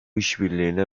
işbirliğine